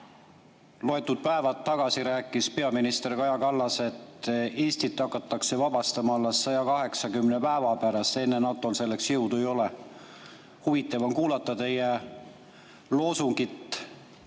Mõned päevad tagasi rääkis peaminister Kaja Kallas, et Eestit hakatakse vabastama alles 180 päeva pärast, enne NATO-l selleks jõudu ei ole. Huvitav on kuulata teie loosungit,